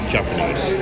Japanese